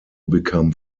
become